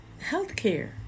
healthcare